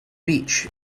beach